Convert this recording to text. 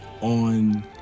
on